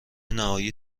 نهایی